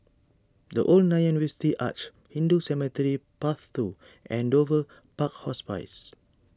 the Old Nanyang University Arch Hindu Cemetery Path two and Dover Park Hospice